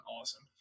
awesome